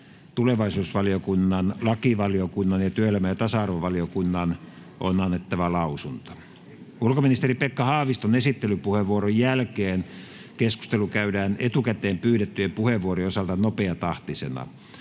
talousvaliokunnan, tulevaisuusvaliokunnan ja työelämä- ja tasa-arvovaliokunnan on annettava lausunto. Ulkoministeri Pekka Haaviston esittelypuheenvuoron jälkeen keskustelu käydään etukäteen pyydettyjen puheenvuorojen osalta nopeatahtisena.